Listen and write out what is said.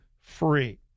free